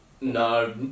No